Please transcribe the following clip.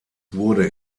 wurde